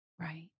Right